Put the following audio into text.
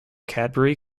cadbury